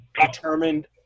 determined